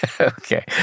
Okay